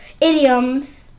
Idioms